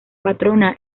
patrona